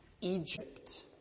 Egypt